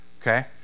Okay